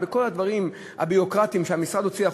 בכל הדברים הביורוקרטיים שהמשרד הוציא החוצה,